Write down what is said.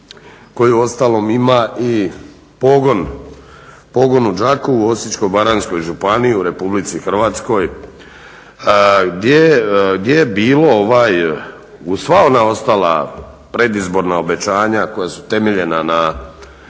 koji uostalom ima i pogon u Đakovu, Osječko-baranjskoj županiji, u RH gdje je bilo uz sva ona ostala predizborna obećanja koja su temeljena na